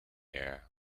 air